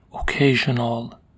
occasional